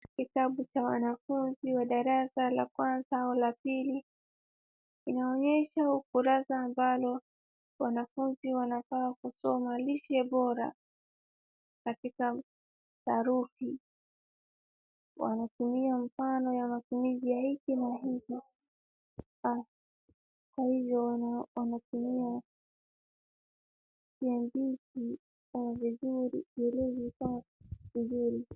Kitabu cha wanafunzi wa darasa la kwanza au la pili linaonyesha ukurasa ambalo wanafunzi wanafaa kusoma lishe bora. Katika sarufi, wanatumia mfano wa matumizi ya hiki na iki, kwa hivyo wanatumia viandishi ama vielezi.